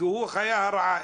הוא החיה הרעה,